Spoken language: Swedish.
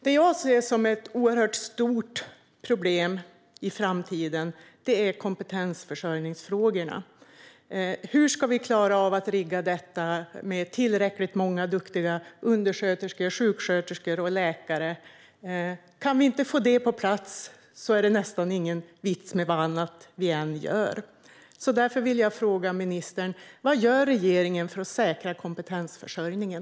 Det jag ser som ett oerhört stort problem i framtiden gäller kompetensförsörjningsfrågorna. Hur ska vi klara av att rigga detta med tillräckligt många duktiga undersköterskor, sjuksköterskor och läkare? Kan vi inte få dem på plats är det nästan ingen vits med något annat vi gör. Därför vill jag fråga ministern: Vad gör regeringen för att säkra kompetensförsörjningen?